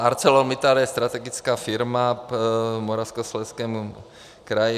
ArcelorMittal je strategická firma v Moravskoslezském kraji.